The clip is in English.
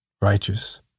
righteous